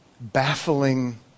baffling